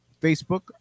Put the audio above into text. facebook